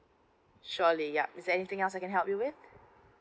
surely yup is there anything else I can help you with